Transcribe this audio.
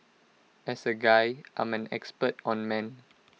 as A guy I'm an expert on men